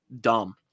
dumb